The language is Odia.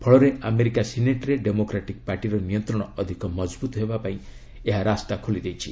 ଫଳରେ ଆମେରିକା ସିନେଟ୍ରେ ଡେମୋକ୍ରାଟିକ୍ ପାର୍ଟିର ନିୟନ୍ତ୍ରଣ ଅଧିକ ମଜବୃତ୍ ହେବାପାଇଁ ଏହା ରାସ୍ତା ଖୋଲିଦେଇଛି